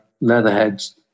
Leatherhead's